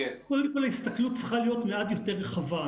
קודם כל, ההסתכלות צריכה להיות מעט יותר רחבה.